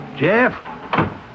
Jeff